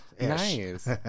Nice